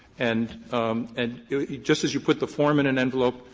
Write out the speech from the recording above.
and and just as you put the form in an envelope,